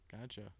Gotcha